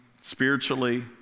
spiritually